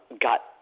got